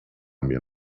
mir